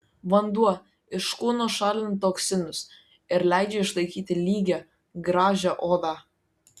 vanduo iš kūno šalina toksinus ir leidžia išlaikyti lygią gražią odą